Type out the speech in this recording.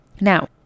Now